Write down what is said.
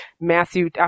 Matthew